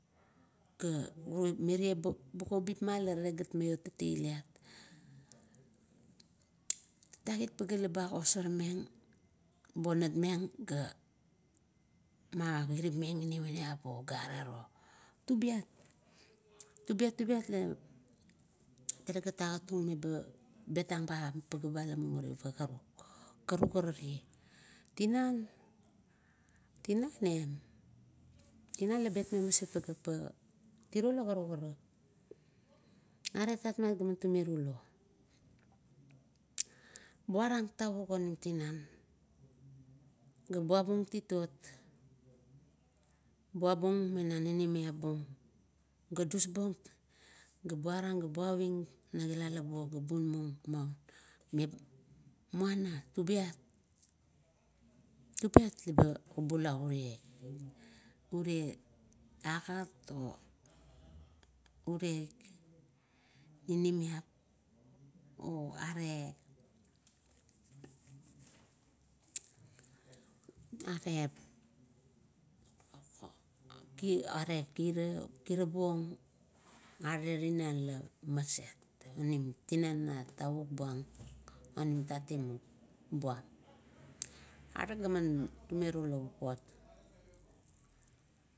Ga mire bugabipma tale gat maiot tatailit. Tatagit pagea laba agosormeng, bonat meng ga magirara meng ina maniap ga arero. Tubiat, tubiat, tubiat la talagan agatmeng betang ba pagea ila mumuri pa karak, karuk ara tiro. Tinan la betmeng maset pageap tiro la karukarai. Aret tatmat ga tume rulo, buarang tovuk onim tinan ga puabung titot, buabung mena ninimiap buong, ga dusbuong ga burang ga buaving na kilalap buo ga bumung maun, muana tubiat, tubiat lab obula ure, ure agat o ure ninimiap oare, are, are kirabuong are rinan a maset na tavuk buoang onim un tatimup buam. Are ga meruro papot.